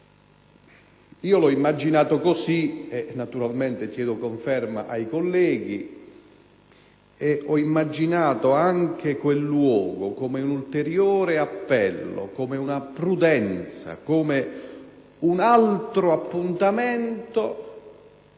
io l'ho immaginato così, e naturalmente ne chiedo conferma ai colleghi. Ho immaginato anche quel luogo come un ulteriore appello, come una prudenza, come un altro appuntamento,